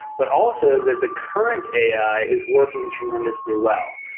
but also that the current ai is working tremendously well.